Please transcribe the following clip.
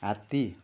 हात्ती